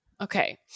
Okay